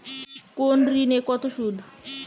কোন ঋণে কত সুদ?